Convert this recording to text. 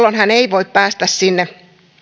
kriteeriä jolloin hän ei voi päästä sinne